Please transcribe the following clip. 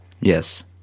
Yes